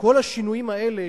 וכל השינויים האלה,